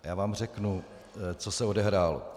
Já vám řeknu, co se odehrálo.